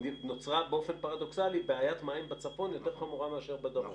נוצרה באופן פרדוכסלי בעיית מים בצפון יותר חמורה מאשר בדרום.